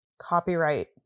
Copyright